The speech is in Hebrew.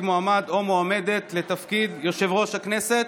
מועמד או מועמדת לתפקיד יושב-ראש הכנסת?